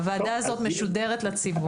הוועדה הזאת משודרת לציבור.